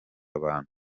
abantu